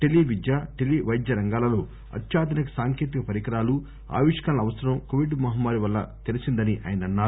tele విద్య tele వైద్య రంగాలలో అత్యాధునిక సాంకేతికత పరికరాలు ఆవిష్కరణల అవసరం కోవిడ్ మహమ్మారి వల్ల తెలిసిందని ఆయన అన్నారు